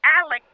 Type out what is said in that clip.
Alex